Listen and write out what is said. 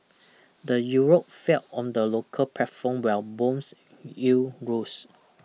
the Euro fell on the local platform while bonds yield rose